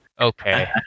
okay